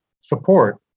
support